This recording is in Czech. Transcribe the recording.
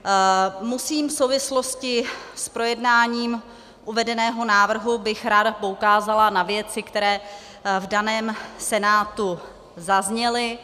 V souvislosti s projednáním uvedeného návrhu bych ráda poukázala na věci, které v daném Senátu zazněly.